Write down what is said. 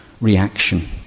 reaction